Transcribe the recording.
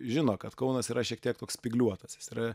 žino kad kaunas yra šiek tiek toks spygliuotas jis yra